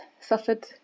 suffered